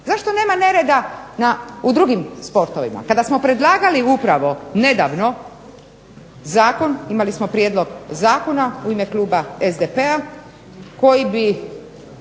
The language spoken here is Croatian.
Zašto nema nereda u drugim sportovima. Kada smo predlagali upravo nedavno zakon, imali smo prijedlog zakona u ime kluba SDP-a koji bi